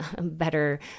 better